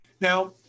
Now